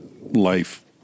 life